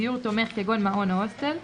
דיור תומך כגון מעון או הוסטל,